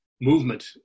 movement